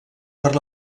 per